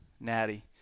Natty